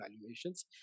valuations